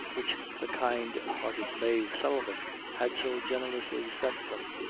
which the kind-hearted mave sullivan had so generously sent them.